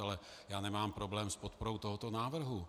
Ale já nemám problém s podporou tohoto návrhu.